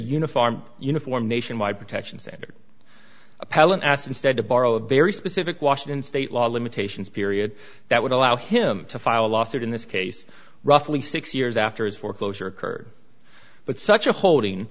uniform uniform nationwide protection center appellant asked instead to borrow a very specific washington state law limitations period that would allow him to file a lawsuit in this case roughly six years after his foreclosure occurred but such a holding